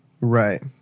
Right